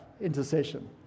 intercession